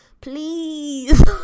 please